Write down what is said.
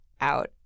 out